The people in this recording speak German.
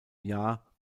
jahr